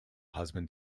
husband